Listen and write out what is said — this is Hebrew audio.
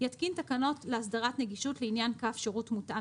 יתקין תקנות להסדרת נגישות לעניין קו שירות מותאם